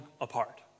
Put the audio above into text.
apart